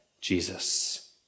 Jesus